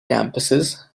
campuses